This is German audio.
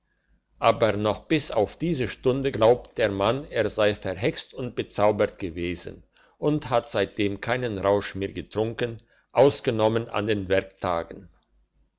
aber noch bis auf diese stunde glaubt der mann er sei verhext und bezaubert gewesen und hat seitdem keinen rausch mehr getrunken ausgenommen an den werktagen